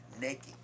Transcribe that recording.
naked